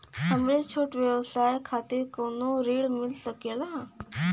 हमरे छोट व्यवसाय खातिर कौनो ऋण मिल सकेला?